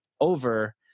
over